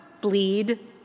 bleed